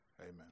Amen